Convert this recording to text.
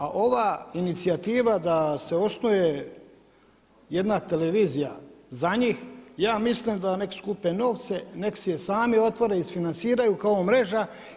A ova inicijativa da se osnuje jedna televizija za njih, ja mislim da nek skupe novce, nek si je sami otvore, isfinanciraju kao Mreža.